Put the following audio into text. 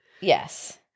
Yes